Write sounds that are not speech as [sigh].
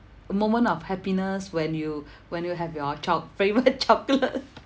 a moment of happiness when you [breath] when you have your choc~ favourite chocolate [laughs]